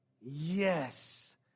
Yes